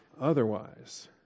otherwise